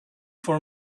for